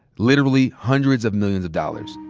literally hundreds of millions of dollars.